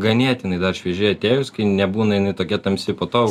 ganėtinai dar švieži atėjus kai nebūna jinai tokia tamsi po to jau